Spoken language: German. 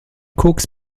koks